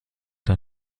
der